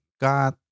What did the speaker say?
God